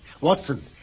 Watson